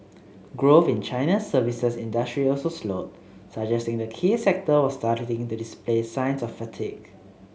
growth in China's services industry also slowed suggesting the key sector was starting to display signs of fatigue